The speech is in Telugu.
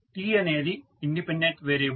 t అనేది ఇండిపెండెంట్ వేరియబుల్